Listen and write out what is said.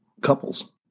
couples